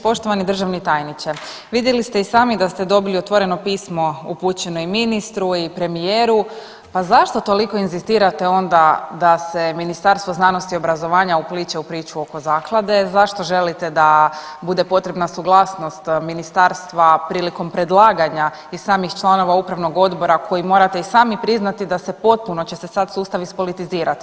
Poštovani državni tajniče, vidjeli ste i samim da ste dobili otvoreno pismo upućeno i ministru i premijeru pa zašto toliko inzistirate onda da se Ministarstvo znanosti i obrazovanja upliće u priču oko zaklade, zašto želite da bude potrebna suglasnost ministarstva prilikom predlaganja i samih članova upravnog odbora koji morate i sami priznati da se, potpuno će se sad sustav ispolitizirati.